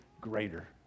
greater